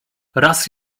raz